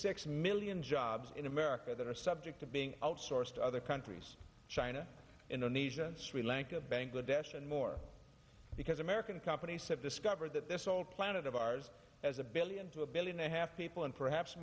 six million jobs in america that are subject to being outsourced to other countries china indonesia sri lanka bangladesh and more because american companies have discovered that this whole planet of ours as a billion to a billion a half people and perhaps